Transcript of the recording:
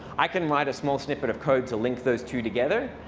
i can write a small snippet of code to link those two together.